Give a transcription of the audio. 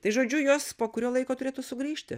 tai žodžiu jos po kurio laiko turėtų sugrįžti